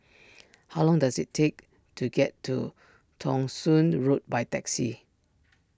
how long does it take to get to Thong Soon Road by taxi